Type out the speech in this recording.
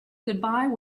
goodbye